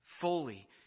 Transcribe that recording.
Fully